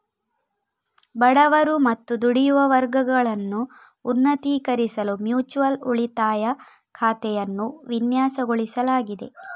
ಬಡವರು ಮತ್ತು ದುಡಿಯುವ ವರ್ಗಗಳನ್ನು ಉನ್ನತೀಕರಿಸಲು ಮ್ಯೂಚುಯಲ್ ಉಳಿತಾಯ ಖಾತೆಯನ್ನು ವಿನ್ಯಾಸಗೊಳಿಸಲಾಗಿದೆ